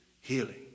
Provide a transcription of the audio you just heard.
healing